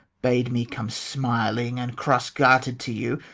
bade me come smiling and cross-garter'd to you,